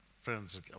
friends